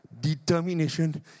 Determination